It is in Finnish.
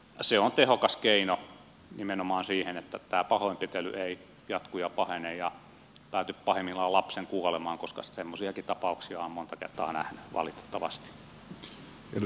se on tehokas keino nimenomaan siihen että pahoinpitely ei jatku ja pahene ja pääty pahimmillaan lapsen kuolemaan koska semmoisiakin tapauksia olen monta kertaa nähnyt valitettavasti